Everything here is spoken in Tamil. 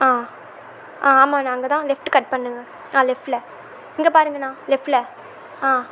ஆ ஆ ஆமாண்ணா அங்கே தான் லெஃப்ட்டு கட் பண்ணுங்க ஆ லெஃப்ட்டில் இங்கே பாருங்கண்ணா லெஃப்ட்டில் ஆ